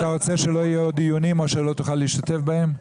אתה רוצה שלא יהיו עוד דיונים או שלא תוכל עוד להשתתף בהם?